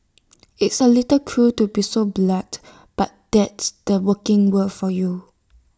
it's A little cruel to be so blunt but that's the working world for you